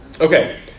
Okay